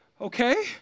okay